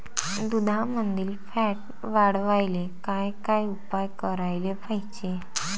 दुधामंदील फॅट वाढवायले काय काय उपाय करायले पाहिजे?